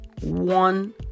one